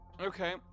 okay